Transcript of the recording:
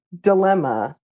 dilemma